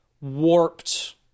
warped